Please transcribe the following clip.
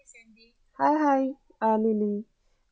hi hi um lily